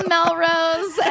Melrose